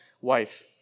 wife